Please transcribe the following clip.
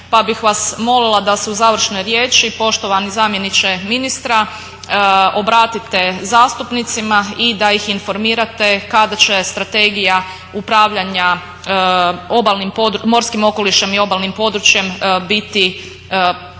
pa bih vas molila da se u završnoj riječi poštovani zamjeniče ministra, obratite zastupnicima i da ih informirate kada će Strategija upravljanja morskim okolišem i obalnim područjem biti dostavljena